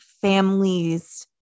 families